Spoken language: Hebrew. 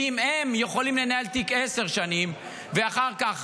ואם הם יכולים לנהל תיק עשר שנים ואחר כך